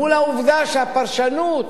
מול העובדה שהפרשנות